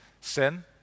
Sin